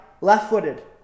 Left-footed